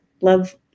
Love